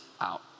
out